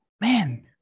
man